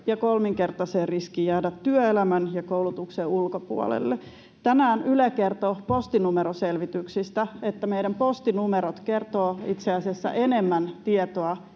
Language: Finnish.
ja kolminkertaiseen riskiin jäädä työelämän ja koulutuksen ulkopuolelle. Tänään Yle kertoi postinumeroselvityksistä, että meidän postinumerot kertovat itse